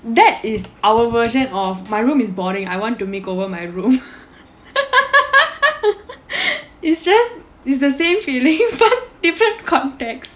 that is our version of my room is boring I want to make over my room it's just it's the same feeling but different context